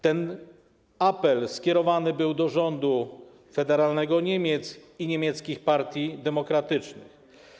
Ten apel skierowany był do Rządu Federalnego Niemiec i niemieckich partii demokratycznych.